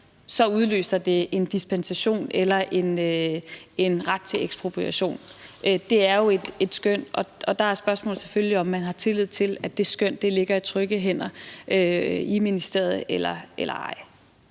så udløser det en dispensation eller en ret til ekspropriation. Det er jo et skøn, og der er spørgsmålet selvfølgelig, om man har tillid til, at det skøn ligger i trygge hænder i ministeriet, eller ej.